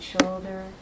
shoulder